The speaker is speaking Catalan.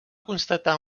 constatar